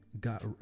got